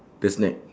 the snack